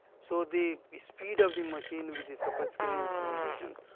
so the the speed of the machine with the sophisticated instrumentation.